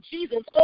Jesus